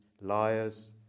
liars